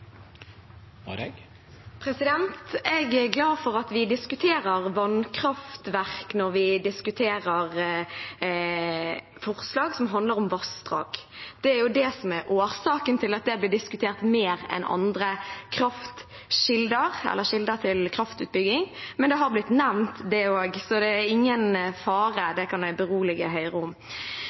glad for at vi diskuterer vannkraftverk når vi diskuterer forslag som handler om vassdrag. Det er det som er årsaken til at det blir diskutert mer enn andre kilder til kraftutbygging, men det har blitt nevnt det også, så det er ingen fare – det kan jeg berolige Høyre med. Jeg vil også minne salen om